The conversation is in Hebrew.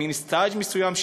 מין סטאז' מסוים,